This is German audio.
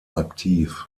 aktiv